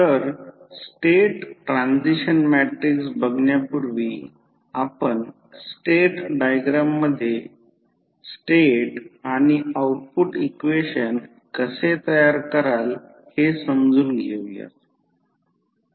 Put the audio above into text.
तर state transition matrix बघण्यापूर्वी आपण स्टेट डायग्राम मधून स्टेट आणि आउटपुट इक्वेशन कसे तयार कराल हे समजून घेऊयात